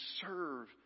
serve